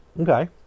Okay